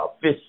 fish